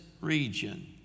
region